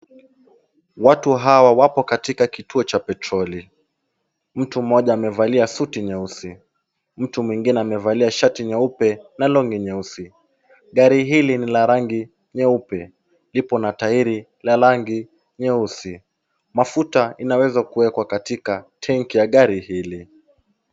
Watu hawa wako katika kituo cha petroli. Mtu mmoja amevalia suti nyeusi, mtu mwengine amevalia shati nyeupe na longi nyeusi. Gari hili ni la rangi nyeupe liko na tairi ya rangi nyeusi. Mafuta inaweza kuwekwa kwenye tenki ya gari hili.